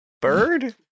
Bird